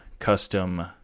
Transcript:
custom